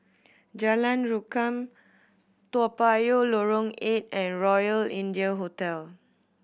Jalan Rukam Toa Payoh Lorong Eight and Royal India Hotel